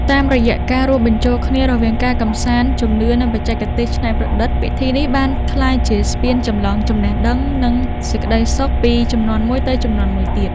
តាមរយៈការរួមបញ្ចូលគ្នារវាងការកម្សាន្ត ជំនឿ និងបច្ចេកទេសច្នៃប្រឌិត ពិធីនេះបានក្លាយជាស្ពានចម្លងចំណេះដឹង និងសេចក្ដីសុខពីជំនាន់មួយទៅជំនាន់មួយទៀត។